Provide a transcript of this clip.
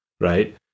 right